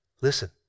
Listen